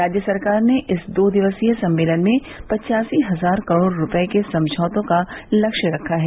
राज्य सरकार ने इस दो दिवसीय सम्मेलन में पचासी हजार करोड़ रूपये के समझौते का लक्ष्य रखा है